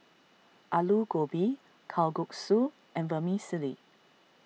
Alu Gobi Kalguksu and Vermicelli